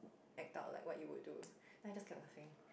act out like what you would do then I just kept laughing